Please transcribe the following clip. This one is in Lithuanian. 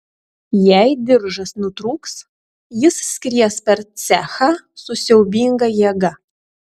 jei diržas nutrūks jis skries per cechą su siaubinga jėga